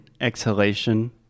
exhalation